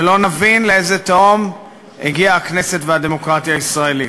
ולא נבין לאיזו תהום הגיעו הכנסת והדמוקרטיה הישראלית.